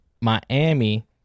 Miami